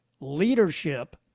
leadership